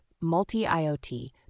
multi-IoT